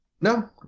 No